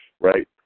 right